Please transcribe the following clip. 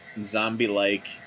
zombie-like